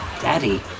Daddy